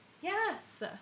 Yes